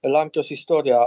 lenkijos istoriją